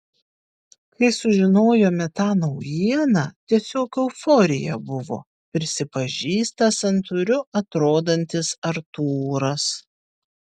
kai sužinojome tą naujieną tiesiog euforija buvo prisipažįsta santūriu atrodantis artūras